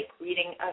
reading